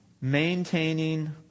maintaining